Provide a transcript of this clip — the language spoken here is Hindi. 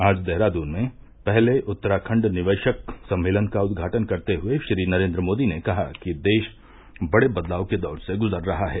आज देहरादून में पहले उत्तराखंड निवेशक सम्मेलन का उद्घाटन करते हुए श्री नरेन्द्र मोदी ने कहा कि देश बड़े बदलाव के दौर से गुजर रहा है